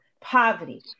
poverty